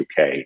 uk